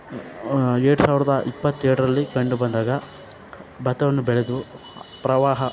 ಎರಡು ಸಾವಿರದ ಇಪ್ಪತ್ತೆರಡರಲ್ಲಿ ಕಂಡು ಬಂದಾಗ ಭತ್ತವನ್ನು ಬೆಳೆದು ಪ್ರವಾಹ